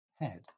head